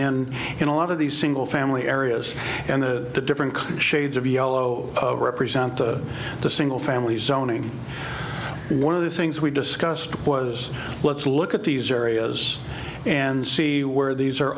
in in a lot of these single family areas and the different shades of yellow represent the single family zoning one of the things we discussed was let's look at these areas and see where these are